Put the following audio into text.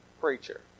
preacher